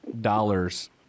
dollars